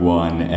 one